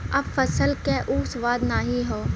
अब फसल क उ स्वाद नाही हौ